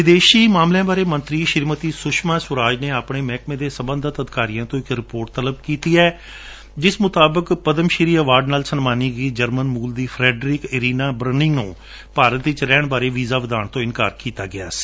ਵਿਦੇਸ਼ੀ ਮਾਮਲਿਆਂ ਬਾਰੇ ਮੰਤਰੀ ਸ਼੍ਰੀਮਤੀ ਸੁਸ਼ਮਾ ਸਵਰਾਜ ਨੇ ਆਪਣੇ ਮਹਿਕਮੇ ਦੇ ਸਬੰਧਤ ਅਧਿਕਾਰੀਆਂ ਤੋ ਇੱਕ ਰਿਪੋਰਟ ਤਲਬ ਕੀਤੈ ਹੈ ਜਿਸ ਮੁਤਾਬਕ ਪਦਮ ਸ਼ੀ ਅਵਾਰਡ ਨਾਲ ਸਨਮਾਨੀ ਗਈ ਜਰਮਨ ਮੁਲ ਦੀ ਫਰੈਡਰਿਕ ਇਰਾਨੀ ਬਰੁਨਿੰਗ ਦੇ ਭਾਰਤ ਵਿੱਚ ਰਹਿਣ ਬਾਰੇ ਵੀਜਾ ਵਧਾਉਣ ਤੋਂ ਇੰਕਾਰ ਕੀਤਾ ਗਿਆ ਸੀ